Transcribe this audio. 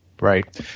Right